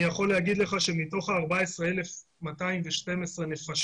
אני יכול להגיד לך שמתוך ה-14,212 נפשות